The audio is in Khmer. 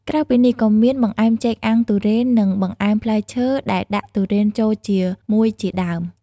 ក្រៅពីនេះ ក៏មាន បង្អែមចេកអាំងទុរេន និង បង្អែមផ្លែឈើដែលដាក់ទុរេនចូលជាមួយ ជាដើម។